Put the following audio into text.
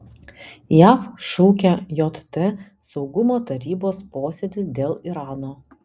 jav šaukia jt saugumo tarybos posėdį dėl irano